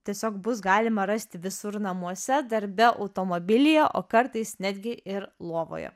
tiesiog bus galima rasti visur namuose darbe automobilyje o kartais netgi ir lovoje